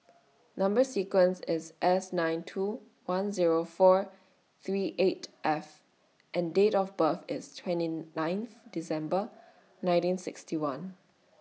Number sequence IS S nine two one Zero four three eight F and Date of birth IS twenty ninth December nineteen sixty one